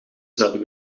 zouden